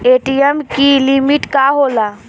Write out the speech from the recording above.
ATM की limit का होला?